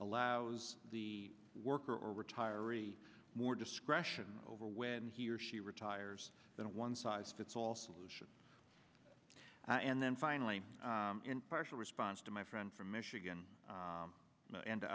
allows the worker or retirees more discretion over when he or she retires than one size fits all solution and then finally in partial response to my friend from michigan and